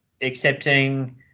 accepting